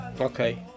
Okay